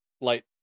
Light